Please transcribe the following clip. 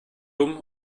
dumm